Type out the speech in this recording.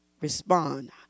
respond